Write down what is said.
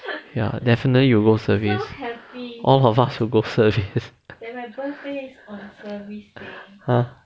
ya definitely you will go service all of us will go service !huh!